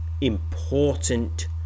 important